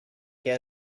get